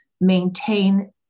maintain